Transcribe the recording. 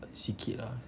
sikit lah